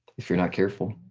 if you're not careful.